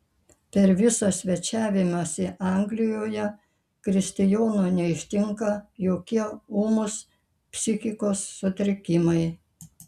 per visą svečiavimąsi anglijoje kristijono neištinka jokie ūmūs psichikos sutrikimai